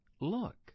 Look